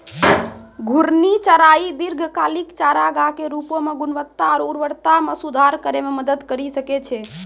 घूर्णि चराई दीर्घकालिक चारागाह के रूपो म गुणवत्ता आरु उर्वरता म सुधार करै म मदद करि सकै छै